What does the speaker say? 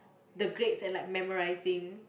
the grades and like memorising